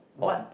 on